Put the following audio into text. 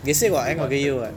if we wanted to